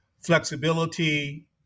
flexibility